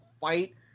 fight